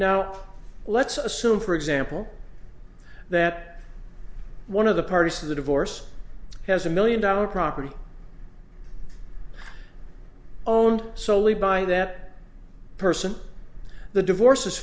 now let's assume for example that one of the parties to the divorce has a million dollar property own solely by that person the divorce